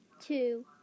two